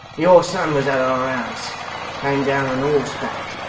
your son was at our house came down on horseback.